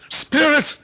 Spirit